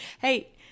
Hey